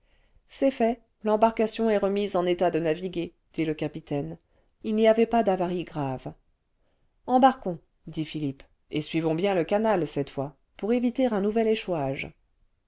c'est fait l'embarcation est remise en état de naviguer dit lé capitaine il n'y avait pas d'avare grave embarquons dit philippe et suivons bien le canal cette fois pour éviter un nouvel échouage